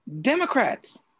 Democrats